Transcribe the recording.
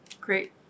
Great